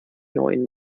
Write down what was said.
neuen